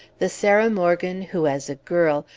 the sarah morgan who, as a girl,